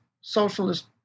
Socialist